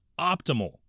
optimal